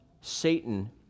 Satan